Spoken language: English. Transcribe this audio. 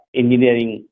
engineering